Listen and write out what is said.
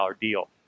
deal